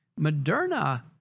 Moderna